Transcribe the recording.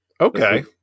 Okay